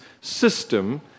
system